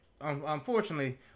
unfortunately